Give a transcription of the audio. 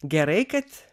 gerai kad